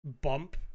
bump